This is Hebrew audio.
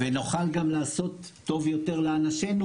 ונוכל גם לעשות טוב יותר לאנשינו,